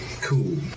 Cool